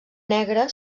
negre